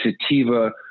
sativa